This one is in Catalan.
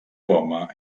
home